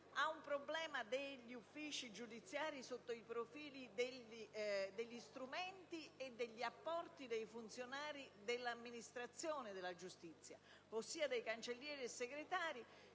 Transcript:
una difficoltà degli uffici giudiziari sotto il profilo degli strumenti e degli apporti dei funzionari dell'amministrazione della giustizia, ossia i cancellieri e segretari,